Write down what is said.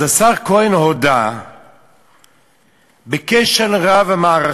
אז השר כהן הודה בכשל רב-מערכתי,